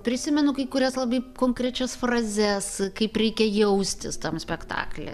prisimenu kai kurias labai konkrečias frazes kaip reikia jaustis tam spektakly